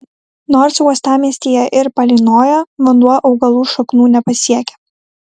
nors uostamiestyje ir palynoja vanduo augalų šaknų nepasiekia